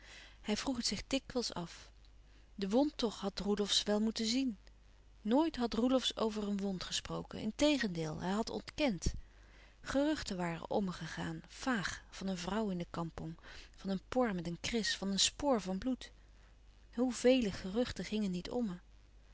hij vroeg het zich dikwijls af de wnd toch had roelofsz wel moeten zien nooit had roelofsz over een wond gesproken integendeel hij had ontkend geruchten waren ommegegaan vaag van een vrouw in de kampong van een por met een kris van een spoor van bloed hoe vele geruchten gingen niet omme